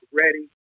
ready